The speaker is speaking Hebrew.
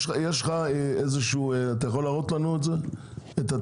אתה יכול להראות לנו את התהליך?